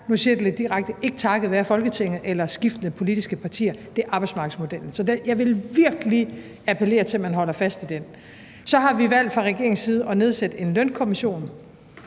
nu siger jeg det lidt direkte – ikke takket været Folketinget eller skiftende politiske partier, men takket være arbejdsmarkedsmodellen. Så jeg vil virkelig appellere til, at man holder fast i den. Så har vi fra regeringens side valgt at nedsætte en lønkommission.